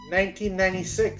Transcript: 1996